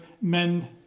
men